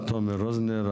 תומר רוזנר,